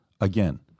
again